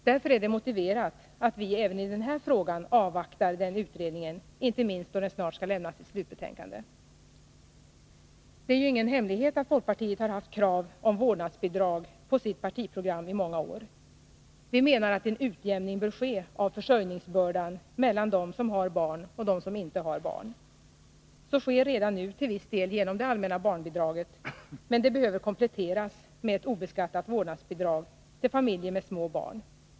Därför är det motiverat att vi även i den här frågan avvaktar den utredningen, inte minst då den snart skall lämna sitt slutbetänkande. Det är ju ingen hemlighet att folkpartiet i många år har haft krav på vårdnadsbidrag på sitt partiprogram. Vi menar att en utjämning bör ske av försörjningsbördan mellan dem som har barn och dem som inte har barn. Så sker redan nu till viss del genom det allmänna barnbidraget, men det behöver kompletteras med ett obeskattat vårdnadsbidrag till familjer med små barn.